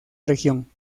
región